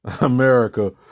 America